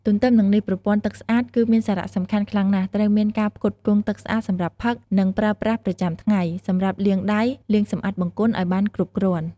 ទន្ទឹមនឹងនេះ ប្រព័ន្ធទឹកស្អាត គឺមានសារៈសំខាន់ខ្លាំងណាស់ ត្រូវមានការផ្គត់ផ្គង់ទឹកស្អាតសម្រាប់ផឹក និងប្រើប្រាស់ប្រចាំថ្ងៃ សម្រាប់លាងដៃ លាងសម្អាតបង្គន់ ឲ្យបានគ្រប់គ្រាន់។